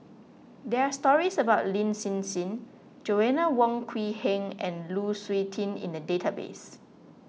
there are stories about Lin Hsin Hsin Joanna Wong Quee Heng and Lu Suitin in the database